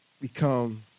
become